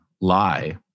lie